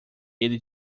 ele